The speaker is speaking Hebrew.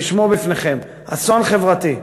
רשמו לפניכם: אסון חברתי.